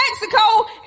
Mexico